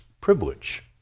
privilege